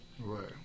Right